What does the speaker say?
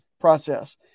process